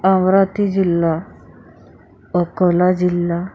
अमरावती जिल्हा अकोला जिल्हा